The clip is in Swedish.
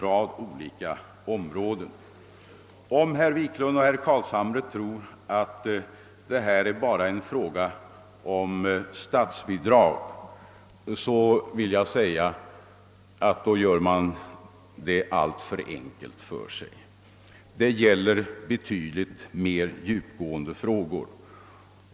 Om herr Wiklund i Stockholm och herr Carlshamre tror att detta bara är en fråga om statsbidrag, så gör de det alltför enkelt för sig. Här gäller det betydligt mer djupgående frågor.